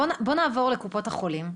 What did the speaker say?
בואו נעבור לקופות החולים.